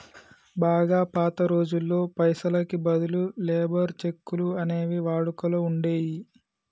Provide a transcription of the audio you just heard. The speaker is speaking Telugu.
బాగా పాత రోజుల్లో పైసలకి బదులు లేబర్ చెక్కులు అనేవి వాడుకలో ఉండేయ్యి